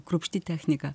kruopšti technika